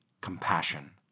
compassion